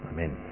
Amen